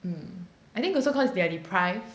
mm I think also cause they are deprived